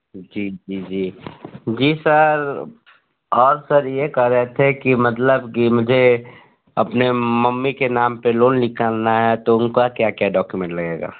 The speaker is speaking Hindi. जी जी जी जी सर और सर ये कह रहे थे कि मतलब कि मुझे अपनी मम्मी के नाम पर लोन निकालना है तो उनका क्या क्या डॉक्यूमेंट लगेगा